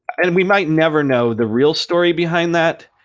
and we might never know the real story behind that,